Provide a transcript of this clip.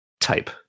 type